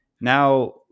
now